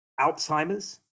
alzheimer's